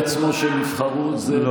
הוא לא תיאר לעצמו שהם יבחרו זה את